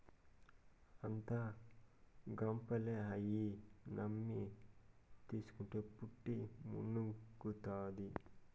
అంతా గప్పాలే, అయ్యి నమ్మి తీస్కుంటే పుట్టి మునుగుతాది